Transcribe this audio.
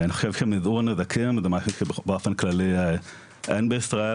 אני חושב שמיזעור נזקים זה משהו שבאופן כללי אין בישראל,